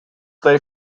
they